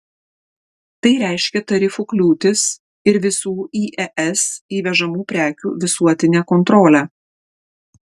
tai reiškia tarifų kliūtis ir visų į es įvežamų prekių visuotinę kontrolę